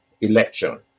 election